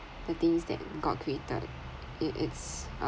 the things that god created it it's